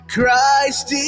Christ